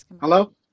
Hello